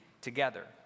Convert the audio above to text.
together